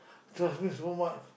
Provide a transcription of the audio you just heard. trust me so much